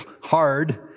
hard